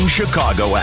Chicago